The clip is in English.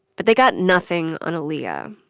but they got nothing on aaliyah,